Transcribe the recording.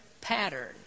pattern